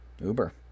Uber